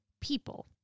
people